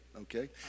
okay